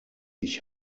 ich